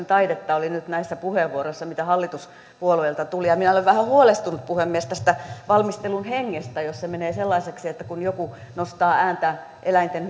taidetta oli nyt näissä puheenvuoroissa mitä hallituspuolueilta tuli ja minä olen vähän huolestunut puhemies tästä valmistelun hengestä jos se menee sellaiseksi että kun joku nostaa ääntä eläinten